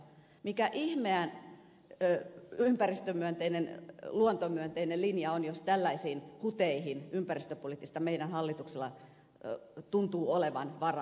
mikä ihmeen ympäristömyönteinen luontomyönteinen linja on jos tällaisiin ympäristöpoliittisiin huteihin meidän hallituksellamme tuntuu olevan varaa